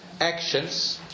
actions